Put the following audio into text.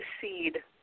seed